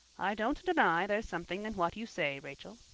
i don't deny there's something in what you say, rachel.